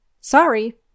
Sorry